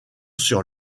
sur